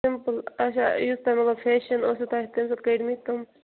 simple اچھا یُس تُہۍ مطلب فیٚشن آسیو تُہۍ تِم